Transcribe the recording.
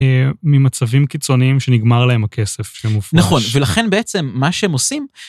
ממצבים קיצוניים שנגמר להם הכסף שהם הופכים. נכון, ולכן בעצם מה שהם עושים...